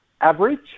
average